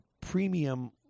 premium